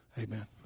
Amen